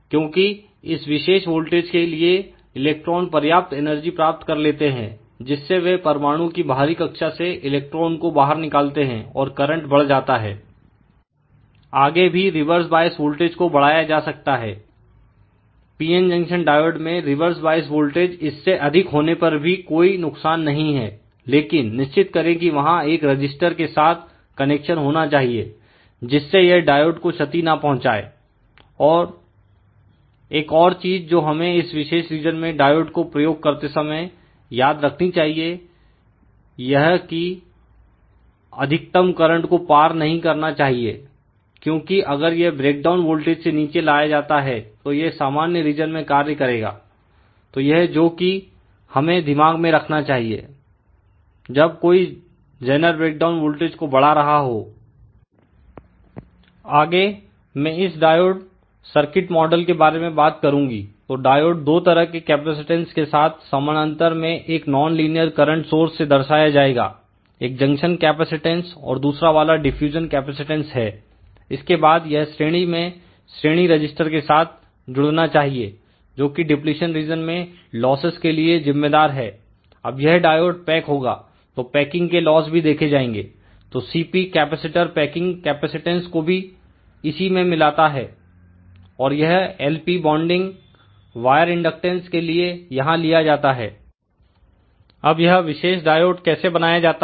क्योंकि इस विशेष वोल्टेज के लिए इलेक्ट्रॉन पर्याप्त एनर्जी प्राप्त कर लेते हैं जिससे बे परमाणु की बाहरी कक्षा से इलेक्ट्रॉन को बाहर निकालते हैं और करंट बढ़ जाता है आगे भी रिवर्स वाइज वोल्टेज को बढ़ाया जा सकता है PN जंक्शन डायोड में रिवर्स वॉइस वोल्टेज इससे अधिक होने पर भी कोई नुकसान नहीं है लेकिन निश्चित करें कि वहां एक रजिस्टर के साथ कनेक्शन होना चाहिए जिससे यह डायोड को क्षति ना पहुंचाएं एक और चीज जो हमें इस विशेष रीजन में डायोड को प्रयोग करते समय याद रखनी चाहिए यह कि अधिकतम करंट को पार नहीं करना चाहिए क्योंकि अगर यह ब्रेकडाउन वोल्टेज से नीचे लाया जाता है तो यह सामान्य रीजन में कार्य करेगा तो यह जो कि हमें दिमाग में रखना चाहिए जब कोई Zener breakdown 'Zener' Breakdown voltage को बढ़ा रहा हो आगेमैंइस डायोड सर्किट मॉडल के बारे में बात करूंगी तो डायोड दो तरह के कैपेसिटेंस के साथ समानांतर में एक नॉन लीनियर करंट सोर्स से दर्शाया जाएगा एक जंक्शन कैपेसिटेंस और दूसरा वाला डिफ्यूजन कैपेसिटेंस हैइसके बाद यह श्रेणी में श्रेणी रजिस्टर के साथ जुड़ना चाहिए जोकि डिप्लीशन रीजन में लॉसेस के लिए जिम्मेदार है अब यह डायोड पैक होगा तो पैकिंग के लॉस भी देखे जाएंगे तो Cp कैपेसिटर पैकिंग कैपेसिटेंस को भी इसी में मिलाता है और यह Lp बॉन्डिंग वायर इंडक्टेंस के लिए यहां लिया जाता है अब यह विशेष डायोड कैसे बनाया जाता है